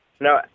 No